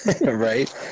right